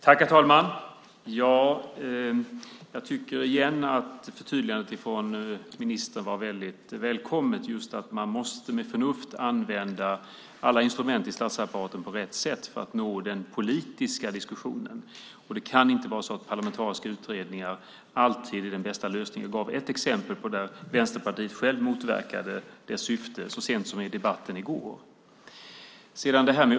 Herr talman! Jag tycker igen att förtydligandet från ministern var välkommet. Man måste med förnuft använda alla instrument i statsapparaten på rätt sätt för att nå den politiska diskussionen. Det kan inte vara så att parlamentariska utredningar alltid är den bästa lösningen. Jag gav ett exempel på där Vänsterpartiet självt motverkade det syftet så sent som i debatten i går.